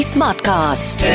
Smartcast